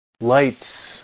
lights